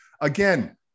Again